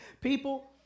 people